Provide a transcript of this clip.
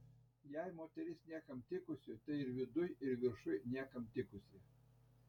jei moteris niekam tikusi tai ir viduj ir viršuj niekam tikusi